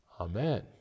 Amen